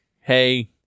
Hey